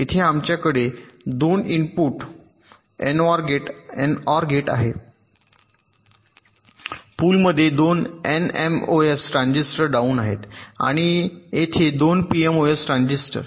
येथे आमच्याकडे 2 input NOR gate आहे पुलमध्ये 2 एनएमओएस ट्रान्झिस्टर डाउन आहेत आणि येथे 2 पीएमओएस ट्रान्झिस्टर